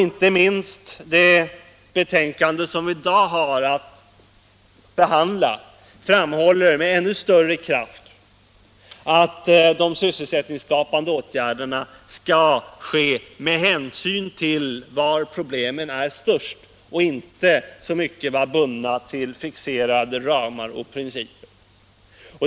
Inte minst i det betänkande som vi i dag har att behandla framhålls med ännu större kraft att de sysselsättningsskapande åtgärderna skall sättas in med hänsyn till var problemen är störst och inte så mycket vara bundna till fixerade ramar och principer.